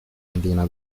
andina